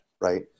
right